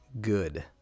good